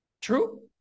True